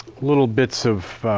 little bits of